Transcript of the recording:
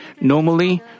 Normally